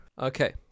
okay